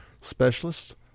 specialist